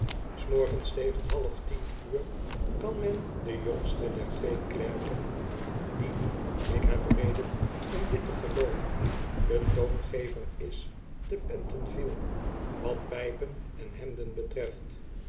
s morgens tegen half tien uur kan men den jongsten der twee klerken die ik heb reden om dit te gelooven de toongever is te pentonville wat pijpen en heraden betreft